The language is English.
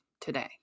today